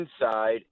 inside